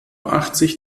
achtzig